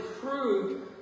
proved